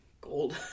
Gold